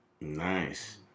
Nice